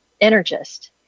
Energist